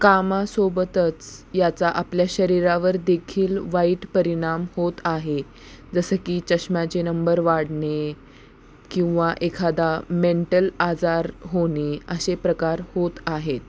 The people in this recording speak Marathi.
कामासोबतच याचा आपल्या शरीरावर देखील वाईट परिणाम होत आहे जसं की चष्म्याचे नंबर वाढणे किंवा एखादा मेंटल आजार होणे असे प्रकार होत आहेत